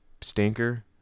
stinker